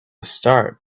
start